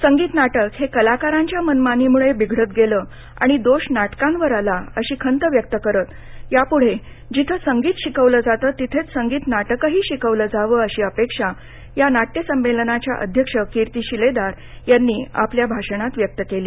संगीत नाटक हे कलाकारांच्या मनमानीम्ळे बिघडत गेलं आणि दोष नाटकांवर आला अशी खंत व्यक्त करत या प्ढे जिथं संगीत शिकवलं जातं तिथेच संगीत नाटक शिकवलं जावं अशी अपेक्षा या नाट्य संमेलनाच्या अध्यक्ष कीर्ती शिलेदार यांनी आपल्या भाषणात व्यक्त केली